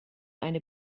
eine